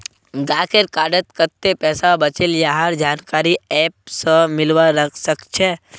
गाहकेर कार्डत कत्ते पैसा बचिल यहार जानकारी ऐप स मिलवा सखछे